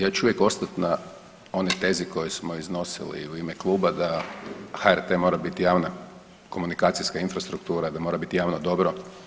Ja ću još uvijek ostati na onoj tezi koju smo iznosili u ime kluba da HRT mora biti javna komunikacijska infrastruktura, da mora biti javno dobro.